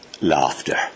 laughter